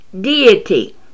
deity